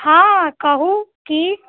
हँ कहू की